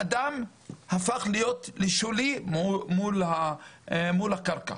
האדם הפך להיות לשולי מול הקרקע.